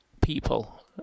people